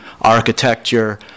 Architecture